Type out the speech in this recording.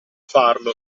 farlo